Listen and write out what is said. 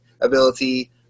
ability